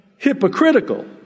hypocritical